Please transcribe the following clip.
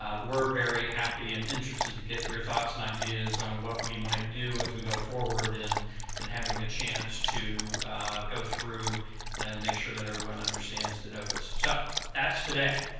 um we are very happy and interested to get your thoughts and ideas on what we might do as we go forward in and having a chance to go through and make sure that everyone understands the notice. so that's today.